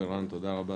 ערן, תודה רבה